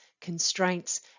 constraints